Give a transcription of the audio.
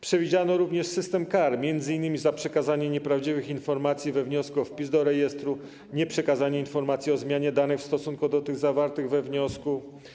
Przewidziano również system kar, m.in. za przekazanie nieprawdziwych informacji we wniosku o wpis do rejestru, nieprzekazanie informacji o zmianie danych w stosunku do tych zawartych we wniosku.